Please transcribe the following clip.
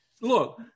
Look